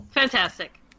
Fantastic